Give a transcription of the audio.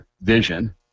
vision